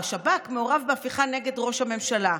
או: השב"כ מעורב בהפיכה נגד ראש הממשלה,